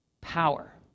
power